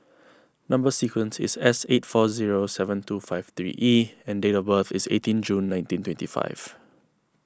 Number Sequence is S eight four zero seven two five three E and date of birth is eighteen June nineteen twenty five